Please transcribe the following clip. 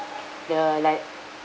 the like